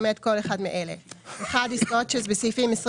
למעט כל אחד מאלה: עסקאות שסעיפים 20